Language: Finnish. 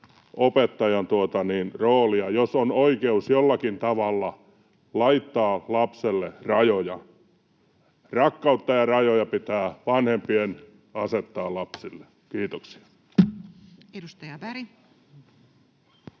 opettajan roolia, jos on oikeus jollakin tavalla laittaa lapselle rajoja. Rakkautta ja rajoja pitää vanhempien asettaa lapsille. — Kiitoksia. [Speech 154]